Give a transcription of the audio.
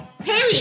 Period